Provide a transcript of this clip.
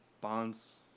Bonds